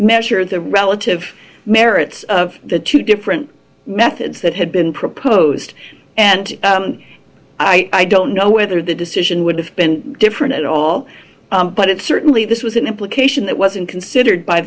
measure the relative merits of the two different methods that had been proposed and i don't know whether the decision would have been different at all but it certainly this was an implication that wasn't considered by